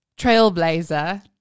Trailblazer